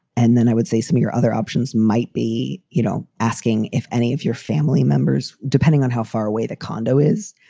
and then i would say somy or other options might be, be, you know, asking if any of your family members, depending on how far away the condo is,